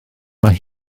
mae